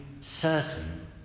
certain